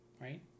right